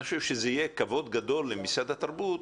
אני חושב שזה יהיה כבוד גדול למשרד התרבות